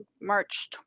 march